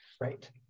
Right